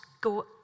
go